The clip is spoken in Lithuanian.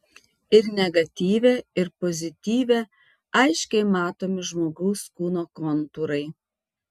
ir negatyve ir pozityve aiškiai matomi žmogaus kūno kontūrai